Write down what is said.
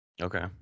Okay